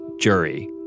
jury